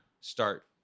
start